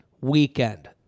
weekend